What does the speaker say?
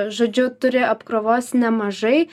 žodžiu turi apkrovos nemažai